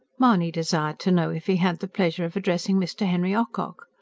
mahony desired to know if he had the pleasure of addressing mr. henry ocock.